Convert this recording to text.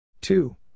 Two